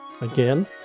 Again